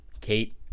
kate